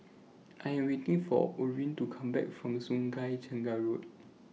I Am waiting For Orrin to Come Back from Sungei Tengah Road